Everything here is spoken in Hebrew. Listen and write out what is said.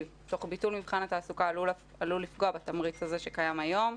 תוך ביטול מבחן התעסוקה עלול לפגוע בתמריץ הזה שקיים היום.